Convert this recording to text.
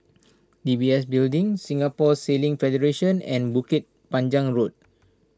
D B S Building Singapore Sailing Federation and Bukit Panjang Road